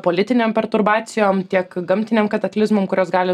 politinėm perturbacijom tiek gamtinėm kataklizmom kurios gali